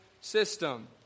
system